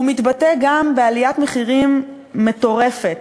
הוא מתבטא גם בעליית מחירים מטורפת,